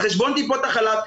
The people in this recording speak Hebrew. על חשבון טיפות החלב.